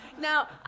Now